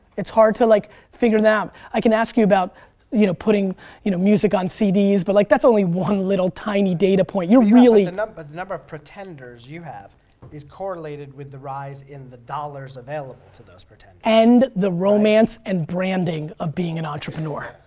it's hard to like, figure them. i can ask you about you know putting you know music on cd's but like that's only one little tiny data point you're really ah but the number of pretenders you have is correlated with the rise in the dollars available to those pretenders and the romance and branding of being an entrepreneur.